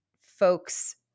folks